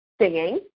singing